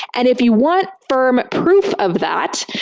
and if you want firm proof of that,